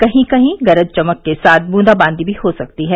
कहीं कहीं गरज चमक के साथ बूंदाबादी भी हो सकती है